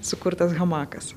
sukurtas hamakas